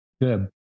Good